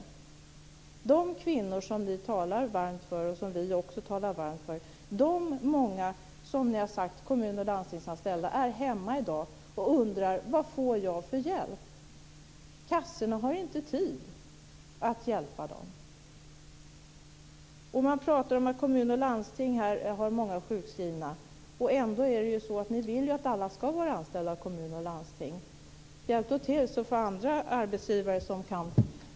De kvinnor som ni och vi talar varmt för, de många kommun och landstingsanställda, är i dag hemma och undrar vad de får för hjälp. Kassorna har inte tid att hjälpa dem. Det pratas om att det är många sjukskrivna i kommuner och landsting. Ni vill ju att alla ska vara anställda av kommuner och landsting. Hjälp då till som andra arbetsgivare.